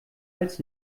als